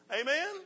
Amen